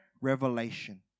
revelation